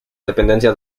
dependencia